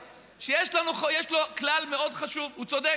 יש לנו שר אוצר שיש לו כלל מאוד חשוב, הוא צודק: